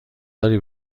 داری